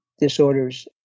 disorders